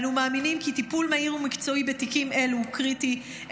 אנו מאמינים כי טיפול מהיר ומקצועי בתיקים אלו הוא קריטי,